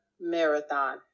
marathon